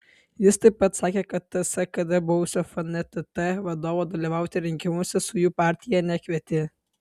jis taip pat sakė kad ts kd buvusio fntt vadovo dalyvauti rinkimuose su jų partija nekvietė